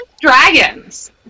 dragons